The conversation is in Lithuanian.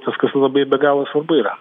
tas kas labai be galo svarbu yra